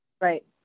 Right